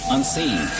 Unseen